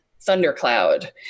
thundercloud